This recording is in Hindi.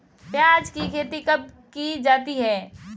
प्याज़ की खेती कब की जाती है?